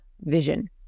vision